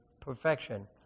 perfection